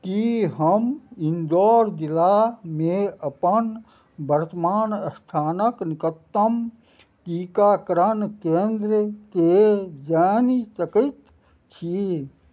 कि हम इन्दौर जिलामे अपन वर्तमान अस्थानके निकटतम टीकाकरण केन्द्रकेँ जानि सकै छी